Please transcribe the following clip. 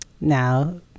Now